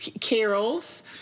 carols